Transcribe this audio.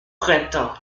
printemps